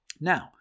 Now